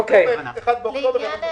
רבותיי,